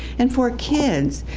and for kids,